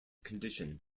condition